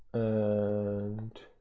and